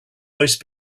most